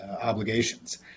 obligations